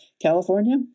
California